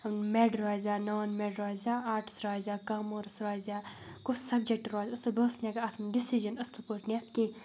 made روزیا non med روزیا arts روزیا کامٲرٕس روزیا کُس سَبجَکٹ روزِ اَصٕل بہٕ ٲسٕس نہٕ ہٮ۪کان اَتھ ڈِسِجَن اَصٕل پٲٹھۍ نِتھ کینٛہہ